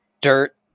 dirt